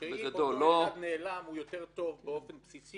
חוקי היסוד נדונים בוועדות אחרות.